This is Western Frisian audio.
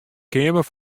keamer